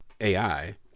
AI